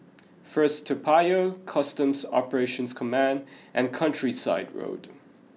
first Toa Payoh Customs Operations Command and Countryside Road